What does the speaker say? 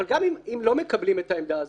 אבל גם אם לא מקבלים את העמדה הזאת,